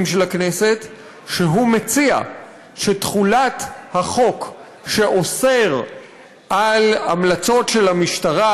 של הכנסת שהוא מציע שתחולת החוק שאוסר המלצות של המשטרה